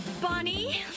Bonnie